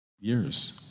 years